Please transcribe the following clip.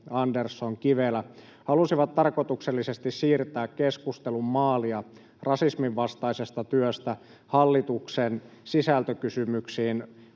Andersson ja Kivelä halusivat tarkoituksellisesti siirtää keskustelun maalia rasismin vastaisesta työstä hallituksen sisältökysymyksiin,